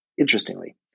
interestingly